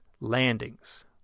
landings